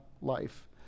life